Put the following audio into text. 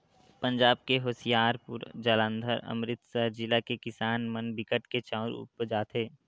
पंजाब के होसियारपुर, जालंधर, अमरितसर जिला के किसान मन बिकट के चाँउर उपजाथें